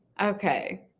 Okay